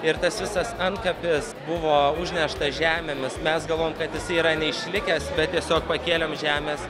ir tas visas antkapis buvo užnešta žemėmis mes galvojom kad jisai yra neišlikęs bet tiesiog pakėlėm žemes